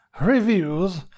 Reviews